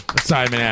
Simon